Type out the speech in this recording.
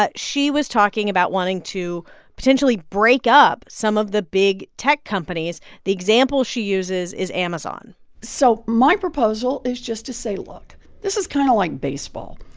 but she was talking about wanting to potentially break up some of the big tech companies. the example she uses is amazon so my proposal is just to say, look this is kind of like baseball.